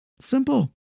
Simple